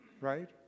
right